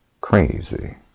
crazy